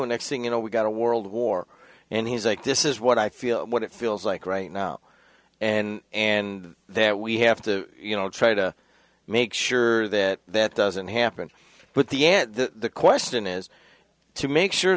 knew next thing you know we got a world war and he's like this is what i feel what it feels like right now and and that we have to you know try to make sure that that doesn't happen but the end the question is to make sure